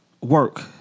work